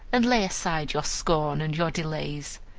and lay aside your scorn and your delays,